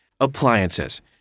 Appliances